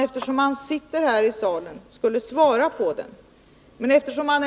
Eftersom han sitter här i salen, hade jag hoppats att han skulle besvara den.